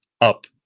up